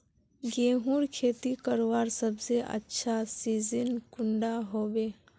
गेहूँर खेती करवार सबसे अच्छा सिजिन कुंडा होबे?